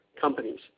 companies